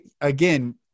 again